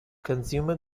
consumer